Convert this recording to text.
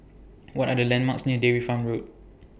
What Are The landmarks near Dairy Farm Road